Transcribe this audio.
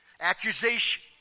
accusation